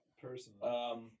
Personally